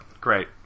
Great